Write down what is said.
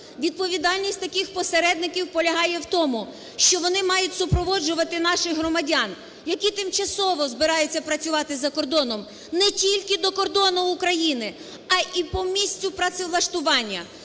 Відповідальність таких посередників полягає в тому, що вони мають супроводжувати наших громадян, які тимчасово збираються працювати за кордоном, не тільки до кордону України, а і по місцю працевлаштування.